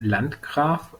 landgraf